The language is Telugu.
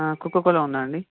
కోకోకోలా ఉందా అండి